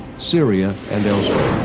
syria and elsewhere.